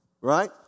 right